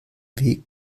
weg